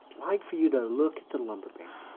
like for you to look at the lumber baron.